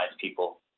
people